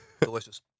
Delicious